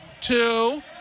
two